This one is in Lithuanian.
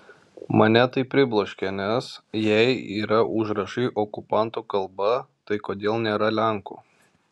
mane tai pribloškė nes jei yra užrašai okupantų kalba tai kodėl nėra lenkų